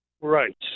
Right